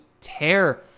tear